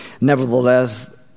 Nevertheless